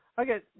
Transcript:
Okay